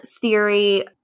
theory